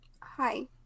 hi